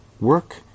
work